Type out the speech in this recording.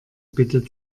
bitte